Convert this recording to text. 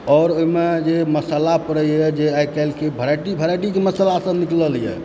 आओर ओहिमे जे मसाला पड़ैए जे आइकाल्हिके वेराइटी वेराइटीके मसालासभ निकललए